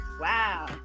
Wow